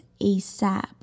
ASAP